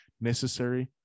necessary